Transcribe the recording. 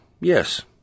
yes